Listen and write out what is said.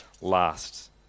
last